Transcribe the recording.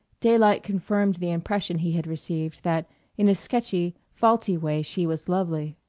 daylight confirmed the impression he had received that in a sketchy, faulty way she was lovely.